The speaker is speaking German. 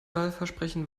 wahlversprechen